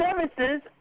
services